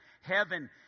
heaven